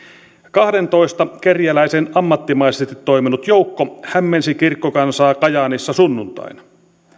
kahdentoista kerjäläisen ammattimaisesti toiminut joukko hämmensi kirkkokansaa kajaanissa sunnuntaina